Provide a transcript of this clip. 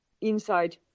inside